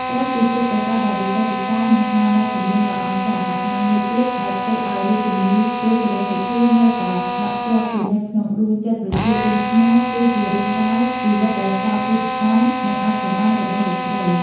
ក្រៅពីទេពកោសល្យដ៏វិសេសវិសាល និងស្នាដៃចម្រៀងដ៏អស្ចារ្យ កត្តាមួយទៀតដែលធ្វើឲ្យ រាជិនីរស់ សេរីសុទ្ធា នៅតែដក់ជាប់ជានិច្ចក្នុងដួងចិត្តប្រជាជនខ្មែរ គឺជារឿងរ៉ាវ ជីវិតដ៏សោកនាដកម្ម និងអាថ៌កំបាំង របស់លោកស្រី។